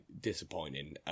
disappointing